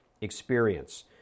experience